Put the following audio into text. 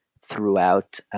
throughout